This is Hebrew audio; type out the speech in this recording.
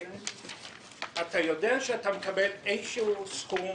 "אתה יודע שאתה מקבל איזשהו סכום,